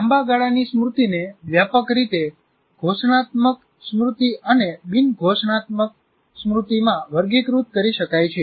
લાંબા ગાળાની સ્મૃતિને વ્યાપક રીતે ઘોષણાત્મક સ્મૃતિ અને બિન ઘોષણાત્મક સ્મૃતિમાં વર્ગીકૃત કરી શકાય છે